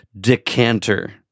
decanter